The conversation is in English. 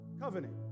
covenant